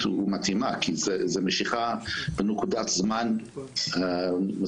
היא מתאימה כי זו משיכה בנקודת זמן מסוימת.